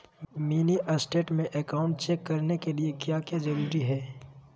Mini state में account check करने के लिए क्या क्या जरूरी है?